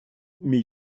mais